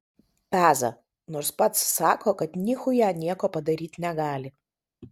peza nors pats sako kad nichuja nieko padaryt negali